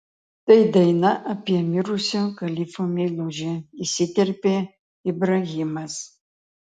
tai daina apie mirusio kalifo meilužę įsiterpė ibrahimas